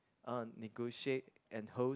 uh negotiate and host